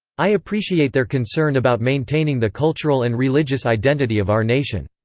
i appreciate their concern about maintaining the cultural and religious identity of our nation.